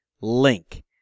link